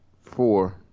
Four